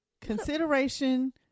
Consideration